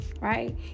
right